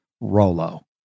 Rolo